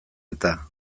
eta